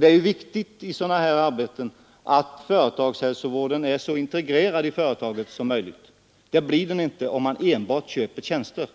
Det är ju viktigt i ett sådant här arbete att företagshälsovården är så integrerad i företaget som möjligt. Det blir den inte om man enbart köper tjänster.